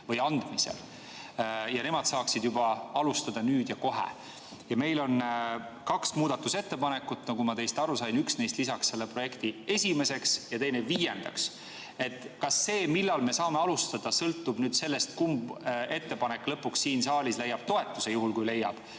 või andmisel ja nemad saaksid juba alustada, nüüd ja kohe. Ja meil on kaks muudatusettepanekut, nagu ma teist aru sain: üks neist lisaks selle projekti esimeseks ja teine viiendaks. Kas see, millal me saame alustada, sõltub sellest, kumb ettepanek lõpuks siin saalis leiab toetuse, juhul kui leiab?